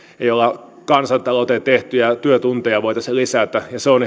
millä kansantalouteen tehtyjä työtunteja voitaisiin lisätä ja se on